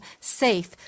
safe